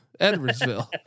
Edwardsville